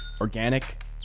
organic